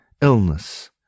illness